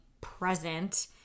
present